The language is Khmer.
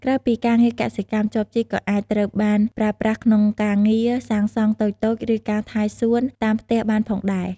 ក្រៅពីការងារកសិកម្ម ចបជីកក៏អាចត្រូវបានប្រើប្រាស់ក្នុងការងារ សាងសង់ តូចៗ ឬការ ថែសួន តាមផ្ទះបានផងដែរ។